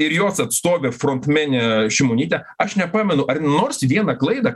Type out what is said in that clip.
ir jos atstovė frontmenė šimonytė aš nepamenu ar nors vieną klaidą